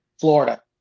Florida